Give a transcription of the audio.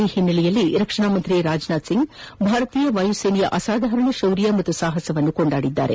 ಈ ಹಿನ್ನೆಲೆಯಲ್ಲಿ ರಕ್ಷಣಾ ಸಚಿವ ರಾಜನಾಥ್ ಸಿಂಗ್ ಭಾರತೀಯ ವಾಯುಸೇನೆಯ ಅಸಾಧಾರಣ ಶೌರ್ಯ ಹಾಗೂ ಸಾಹಸವನ್ನು ಕೊಂಡಾಡಿದ್ದಾರೆ